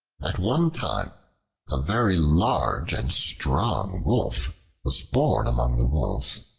at one time a very large and strong wolf was born among the wolves,